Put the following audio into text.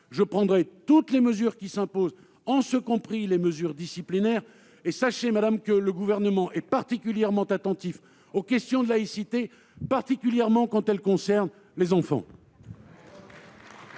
je prendrai toutes les mesures qui s'imposent, y compris des mesures disciplinaires. Sachez-le, madame la sénatrice, le Gouvernement est particulièrement attentif aux questions de laïcité, surtout quand elles concernent les enfants